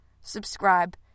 subscribe